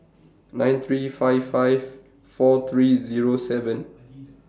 nine three five five four three Zero seven